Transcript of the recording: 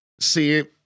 See